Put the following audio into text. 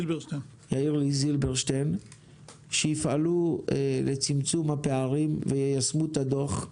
זילברשטיין שיפעלו לצמצום הפערים ויישמו את הדוח.